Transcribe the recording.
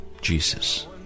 Jesus